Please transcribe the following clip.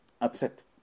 upset